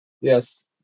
Yes